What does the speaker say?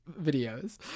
videos